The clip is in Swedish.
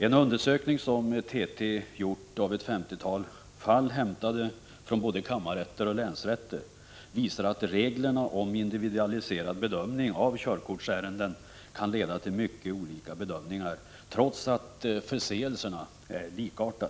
En undersökning som TT gjort av ett femtiotal fall, hämtade från både kammarrätten och länsrätter, visar att reglerna om individualiserad bedömning av körkortsärenden kan leda till mycket olika bedömningar, trots att förseelserna är likartade.